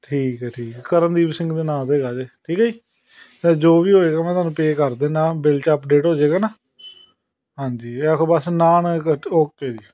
ਠੀਕ ਹੈ ਠੀਕ ਹੈ ਕਰਨਦੀਪ ਸਿੰਘ ਦੇ ਨਾਂ 'ਤੇ ਹੈਗਾ ਜੇ ਠੀਕ ਹੈ ਜੀ ਜੋ ਵੀ ਹੋਏਗਾ ਮੈਂ ਤੁਹਾਨੂੰ ਪੇ ਕਰ ਦਿੰਦਾ ਬਿਲ 'ਚ ਅਪਡੇਟ ਹੋਜੇਗਾ ਨਾ ਹਾਂਜੀ ਇਹੋ ਬਸ ਨਾਨ ਇੱਕ ਓਕੇ ਜੀ